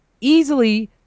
easily